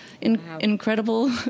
incredible